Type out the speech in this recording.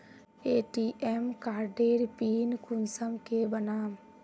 ATM कार्डेर PIN कुंसम के बनाम?